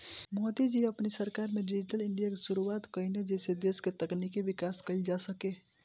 मोदी जी अपनी सरकार में डिजिटल इंडिया के शुरुआत कईने जेसे देस के तकनीकी विकास कईल जा सके